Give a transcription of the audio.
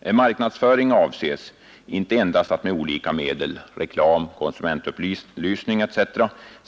Med marknadsföring avses inte endast att med olika medel — reklam, konsumentupplysning, etc.